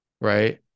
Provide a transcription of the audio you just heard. right